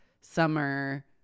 summer